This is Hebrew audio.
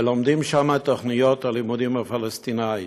ולומדים שם את תוכנית הלימוד הפלסטינית,